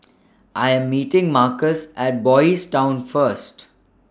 I Am meeting Marcus At Boys' Town First